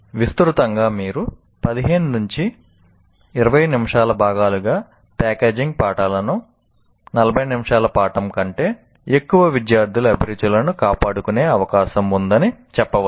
విస్తృతంగా మీరు 15 నుండి 20 నిమిషాల భాగాలుగా ప్యాకేజింగ్ పాఠాలను 40 నిమిషాల పాఠం కంటే ఎక్కువ విద్యార్థుల అభిరుచులను కాపాడుకునే అవకాశం ఉందని చెప్పవచ్చు